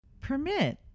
Permit